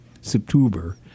September